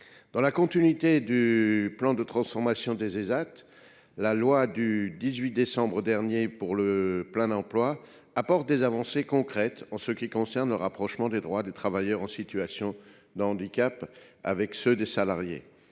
Dans la continuité du plan de transformation des Ésat, la loi du 18 décembre 2023 pour le plein emploi apporte des avancées concrètes pour rapprocher les droits des travailleurs en situation de handicap de ceux des salariés